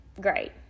great